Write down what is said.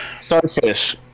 Starfish